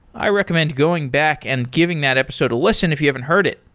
i recommend going back and giving that episode a listen if you haven't heard it.